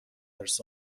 ارث